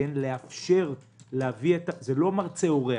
זה לא מרצה אורח,